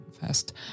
fest